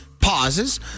pauses